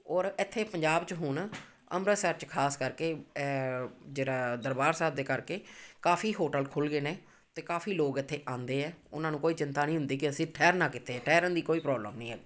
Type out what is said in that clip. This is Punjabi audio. ਔਰ ਇੱਥੇ ਪੰਜਾਬ 'ਚ ਹੁਣ ਅੰਮ੍ਰਿਤਸਰ 'ਚ ਖਾਸ ਕਰਕੇ ਜਿਹੜਾ ਦਰਬਾਰ ਸਾਹਿਬ ਦੇ ਕਰਕੇ ਕਾਫ਼ੀ ਹੋਟਲ ਖੁੱਲ੍ਹ ਗਏ ਨੇ ਅਤੇ ਕਾਫ਼ੀ ਲੋਕ ਇੱਥੇ ਆਉਂਦੇ ਹੈ ਉਹਨਾਂ ਨੂੰ ਕੋਈ ਚਿੰਤਾ ਨਹੀਂ ਹੁੰਦੀ ਕਿ ਅਸੀਂ ਠਹਿਰਨਾ ਕਿੱਥੇ ਠਹਿਰਨ ਦੀ ਕੋਈ ਪ੍ਰੋਬਲਮ ਨਹੀਂ ਹੈਗੀ